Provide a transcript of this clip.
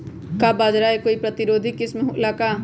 का बाजरा के कोई प्रतिरोधी किस्म हो ला का?